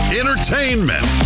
entertainment